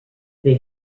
they